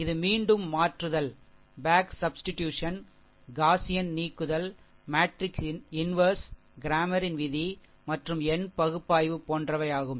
இது மீண்டும் மாற்றுதல் காஸியன் நீக்குதல் மேட்ரிக்ஸ் இன்வெர்ஷ் கிராமரின் விதி மற்றும் எண் பகுப்பாய்வு போன்றவை ஆகும்